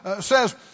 says